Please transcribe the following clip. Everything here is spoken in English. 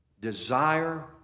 Desire